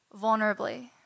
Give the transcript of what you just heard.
vulnerably